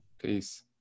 Peace